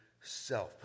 self